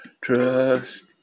trust